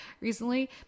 recently